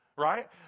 right